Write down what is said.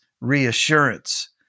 reassurance